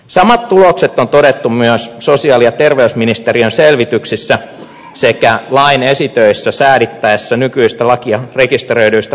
samat tulokset on todettu myös sosiaali ja terveysministeriön selvityksissä sekä lain esitöissä säädettäessä nykyistä lakia rekisteröidyistä parisuhteista